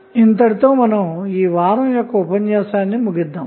ఇంతటితో ఈ వారం ఉపన్యాసాన్ని ముగిద్దాము